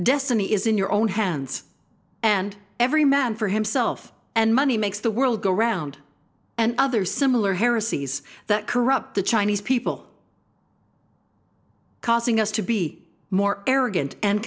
destiny is in your own hands and every man for himself and money makes the world go round and other similar heresies that corrupt the chinese people causing us to be more arrogant and